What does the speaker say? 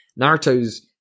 Naruto's